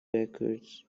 records